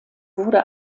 wurde